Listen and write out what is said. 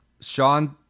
Sean